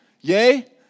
Yay